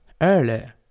earlier